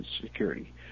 security